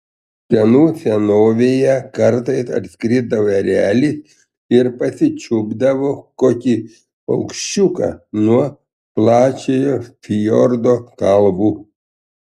senų senovėje kartais atskrisdavo erelis ir pasičiupdavo kokį paukščiuką nuo plačiojo fjordo kalvų